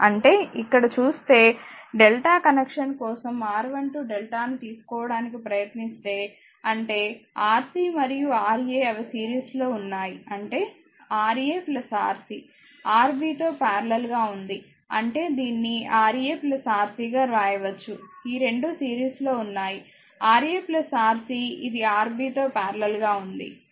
అంటే ఇక్కడ చూస్తే డెల్టా కనెక్షన్ కోసం R12డెల్టా ను తెలుసుకోవడానికి ప్రయత్నిస్తే అంటే Rc మరియు Ra అవి సిరీస్లో ఉన్నాయి అంటేRa Rc Rb తో పారలెల్ గా వుంది అంటే దీన్ని Ra Rc గా వ్రాయవచ్చు ఈ 2 సిరీస్ లో వున్నాయి Ra Rc ఇది Rb తో పారలెల్ గా వుంది